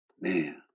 Man